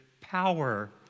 power